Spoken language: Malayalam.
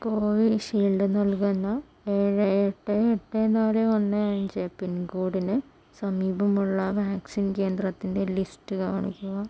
കോവിഷീൽഡ് നൽകുന്ന ഏഴ് എട്ട് എട്ട് നാല് ഒന്ന് അഞ്ച് പിൻകോഡിന് സമീപമുള്ള വാക്സിൻ കേന്ദ്രത്തിൻ്റെ ലിസ്റ്റ് കാണിക്കുക